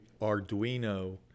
Arduino